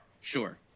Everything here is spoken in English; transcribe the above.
sure